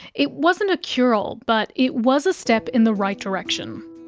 it wasn't a cure-all but it was a step in the right direction.